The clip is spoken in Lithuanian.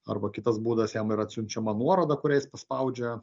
arba kitas būdas jam yra atsiunčiama nuoroda kurią jis paspaudžia